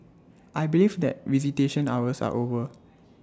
I believe that visitation hours are over